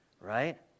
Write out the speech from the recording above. right